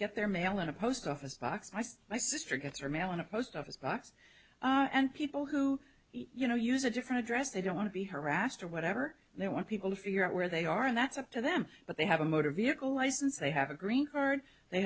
get their mail in a post office box my sister gets her mail in a post office box and people who you know use a different address they don't want to be harassed or whatever they want people to figure out where they are and that's up to them but they have a motor vehicle license they have a green heard